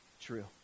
true